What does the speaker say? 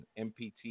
MPT